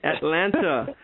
Atlanta